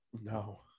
No